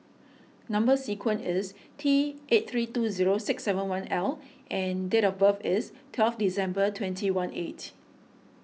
Number Sequence is T eight three two zero six seven one L and date of birth is twelve December twentyeighteen